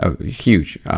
Huge